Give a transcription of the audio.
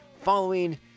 following